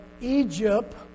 Egypt